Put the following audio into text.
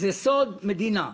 זה סוד מדינה.